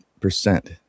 percent